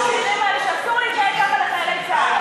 שאסור להתנהג ככה לחיילי צה"ל,